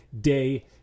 day